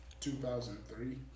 2003